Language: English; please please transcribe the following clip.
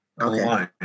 okay